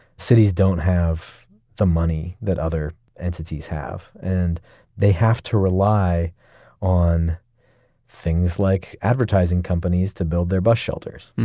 cities don't have the money that other entities have, and they have to rely on things like advertising companies to build their bus shelters.